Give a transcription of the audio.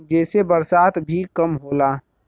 जेसे बरसात भी कम होला